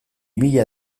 mila